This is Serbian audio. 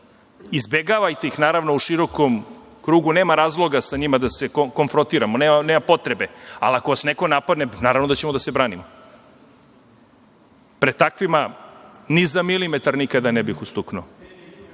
Izbegavajte ih, naravno, u širokom krugu, nema razloga sa njima da se konfrontiramo, nema potrebe, ali ako vas neko napadne, pa naravno da ćemo da se branimo. Pred takvima ni za milimetar nikada ne bih ustuknuo,